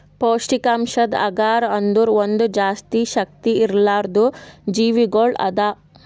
ಪೌಷ್ಠಿಕಾಂಶದ್ ಅಗರ್ ಅಂದುರ್ ಒಂದ್ ಜಾಸ್ತಿ ಶಕ್ತಿ ಇರ್ಲಾರ್ದು ಜೀವಿಗೊಳ್ ಅದಾ